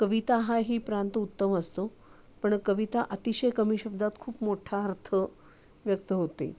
कविता हाही प्रांत उत्तम असतो पण कविता अतिशय कमी शब्दांत खूप मोठा अर्थ व्यक्त होते